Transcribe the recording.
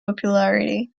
popularity